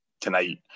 tonight